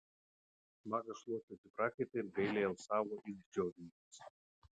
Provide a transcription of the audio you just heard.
magas šluostėsi prakaitą ir gailiai alsavo it džiovininkas